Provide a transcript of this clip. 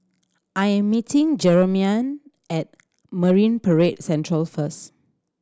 I am meeting Jermaine at Marine Parade Central first